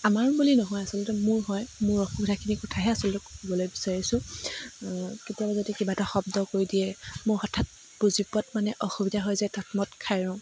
আমাৰ বুলি নহয় আচলতে মোৰ হয় মোৰ অসুবিধাখিনিৰ কথাহে আচলতে ক'বলৈ বিচাৰিছোঁ কেতিয়াবা যদি কিবা এটা শব্দ কৈ দিয়ে মোৰ হঠাৎ বুজি পোৱাত মানে অসুবিধা হৈ যায় থতমত খাই ৰওঁ